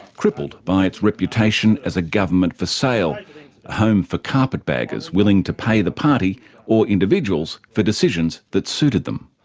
crippled by its reputation as a government for sale, a home for carpetbaggers willing to pay the party or individuals for decisions that suited them.